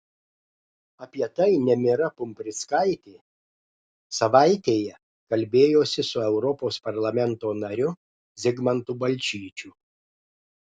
apie tai nemira pumprickaitė savaitėje kalbėjosi su europos parlamento nariu zigmantu balčyčiu